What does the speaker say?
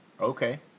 okay